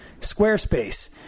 Squarespace